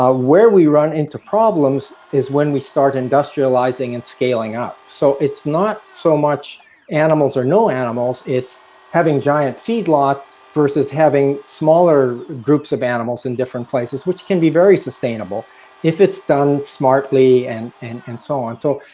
ah where we run in to problems is when we start industrializing and scaling up. so it's not so much animals or no animals, it's having giant feed lots, vs. having smaller groups of animals in different plays, which can be very sustainable if it's done smartly and and and so on. so,